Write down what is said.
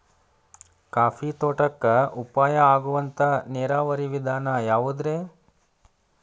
Coffee ತೋಟಕ್ಕ ಉಪಾಯ ಆಗುವಂತ ನೇರಾವರಿ ವಿಧಾನ ಯಾವುದ್ರೇ?